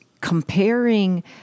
comparing